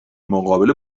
مقابله